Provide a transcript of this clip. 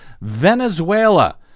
Venezuela